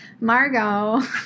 Margot